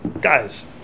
Guys